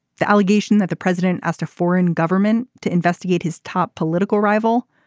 the allegation that the president asked a foreign government to investigate his top political rival.